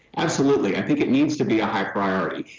absolutely, i think it needs to be a high priority.